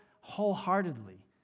wholeheartedly